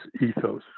ethos